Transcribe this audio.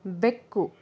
ಬೆಕ್ಕು